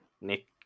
Nick